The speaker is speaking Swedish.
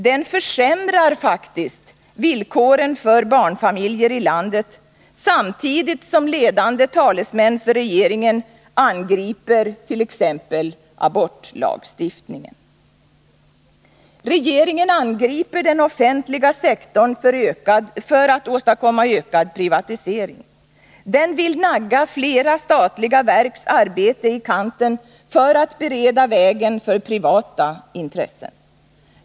Den försämrar faktiskt villkoren för barnfamiljer i landet samtidigt som ledande talesmän för regeringen angriper t.ex. abortlagstiftningen. Regeringen angriper den offentliga sektorn för att åstadkomma ökad privatisering. Den vill nagga flera statliga verks arbete i kanten för att bereda vägen för privata intressen.